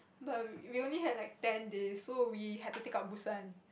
but we only had like ten days so we had to take out Busan